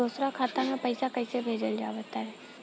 दोसरा खाता में पईसा कइसे भेजल जाला बताई?